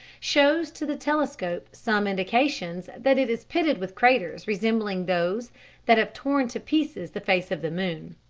shows to the telescope some indications that it is pitted with craters resembling those that have torn to pieces the face of the moon.